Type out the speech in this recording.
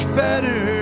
better